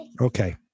Okay